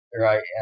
Right